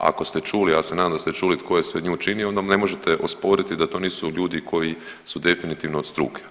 Ako ste čuli, ja se nadam da ste čuli tko je sve nju činio, onda ne možete osporiti da to nisu ljudi koji su definitivno od struke.